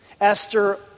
Esther